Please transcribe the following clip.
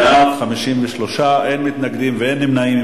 בעד, 53, אין מתנגדים, אין נמנעים.